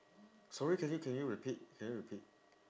sorry can you can you repeat can you repeat